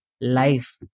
life